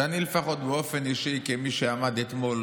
שבהם אני באופן אישי לפחות, כמי שעמד אתמול